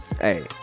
hey